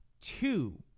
two